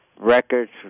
Records